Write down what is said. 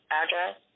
address